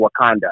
Wakanda